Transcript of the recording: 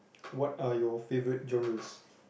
what are your favourite journals